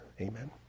Amen